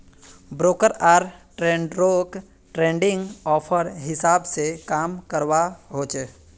broker आर ट्रेडररोक trading hour हिसाब से काम करवा होचे